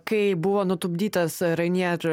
kai buvo nutupdytas ryanair